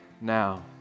now